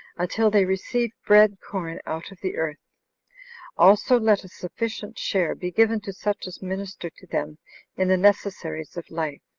until they receive bread corn out of the earth also let a sufficient share be given to such as minister to them in the necessaries of life,